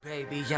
Baby